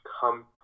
come